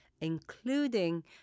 including